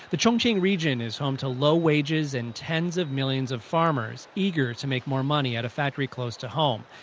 the chongqing region is home to low wages, and tens of millions of farmers eager to make more money at a factory close to home.